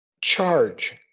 charge